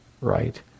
right